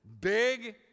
Big